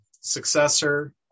successor